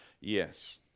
Yes